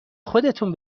خودتون